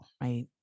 right